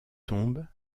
tombent